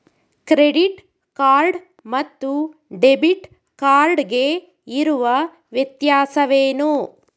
Credit card ಮತ್ತು debit card ಗೆ ಇರುವ ವ್ಯತ್ಯಾಸವೇನು?